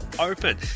open